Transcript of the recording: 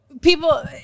People